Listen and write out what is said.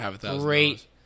great